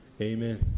amen